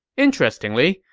interestingly,